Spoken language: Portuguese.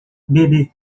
bebê